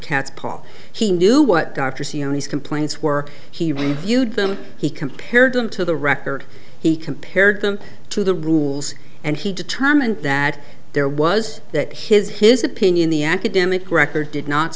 tatts paul he knew what these complaints were he reviewed them he compared them to the record he compared them to the rules and he determined that there was that his his opinion the academic record did not